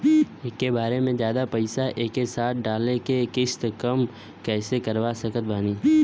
एके बार मे जादे पईसा एके साथे डाल के किश्त कम कैसे करवा सकत बानी?